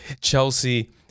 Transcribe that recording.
Chelsea